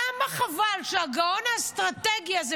כמה חבל שהגאון האסטרטגי הזה,